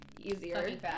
easier